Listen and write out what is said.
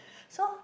so